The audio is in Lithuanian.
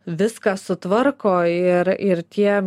viską sutvarko ir ir tie